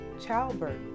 childbirth